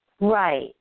Right